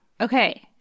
Okay